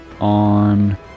on